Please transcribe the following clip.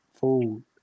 food